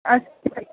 अस्ति